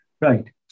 Right